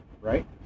right